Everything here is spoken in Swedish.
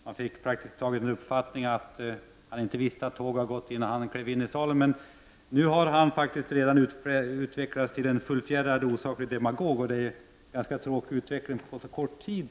Man fick den uppfattningen att han inte visste att tåget hade gått redan innan han klev in i salen. Men nu har han redan utvecklats till en fullfjädrad osaklig demagog. Det är en ganska tråkig utveckling på så kort tid.